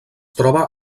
troba